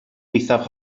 eithaf